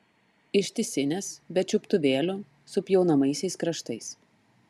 ištisinės be čiuptuvėlių su pjaunamaisiais kraštais